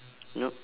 nope